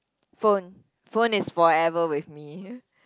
phone phone is forever with me